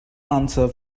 answer